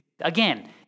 again